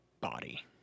body